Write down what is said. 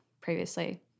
previously